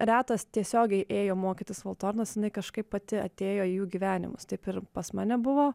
retas tiesiogiai ėjo mokytis valtornos kažkaip pati atėjo į jų gyvenimus taip ir pas mane buvo